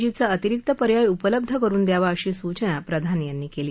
जी चा अतिरिक्त पर्याय उपलब्ध करुन द्यावा अशी सूचना प्रधान यांनी कली